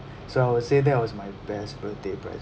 so I would say that was my best birthday present